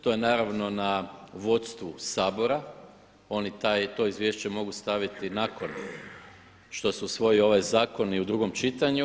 To je naravno na vodstvu Sabora, oni to izvješće mogu staviti nakon što se usvoji ovaj zakon i u drugom čitanju.